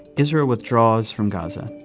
israel withdraws from gaza.